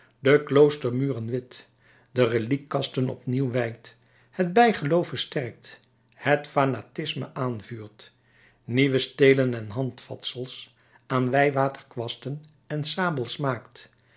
de kloostermuren wit de reliquikasten opnieuw wijdt het bijgeloof versterkt het fanatisme aanvuurt nieuwe stelen en handvatsels aan wijwaterskwasten en sabels maakt